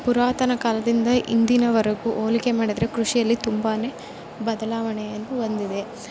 ಪುರಾತನ ಕಾಲದಿಂದ ಇಂದಿನವರೆಗೂ ಹೋಲಿಕೆ ಮಾಡಿದ್ರೆ ಕೃಷಿಯಲ್ಲಿ ತುಂಬನೆ ಬದಲಾವಣೆಯನ್ನು ಹೊಂದಿದೆ